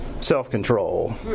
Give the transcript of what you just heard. self-control